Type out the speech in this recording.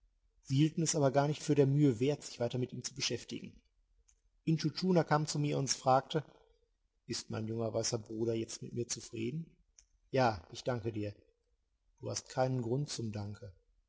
sie hielten es aber gar nicht für der mühe wert sich weiter mit ihm zu beschäftigen intschu tschuna kam zu mir und fragte ist mein junger weißer bruder jetzt mit mir zufrieden ja ich danke dir du hast keinen grund zum danke